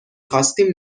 خواستیم